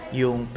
yung